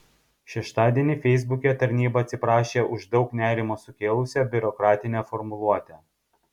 šeštadienį feisbuke tarnyba atsiprašė už daug nerimo sukėlusią biurokratinę formuluotę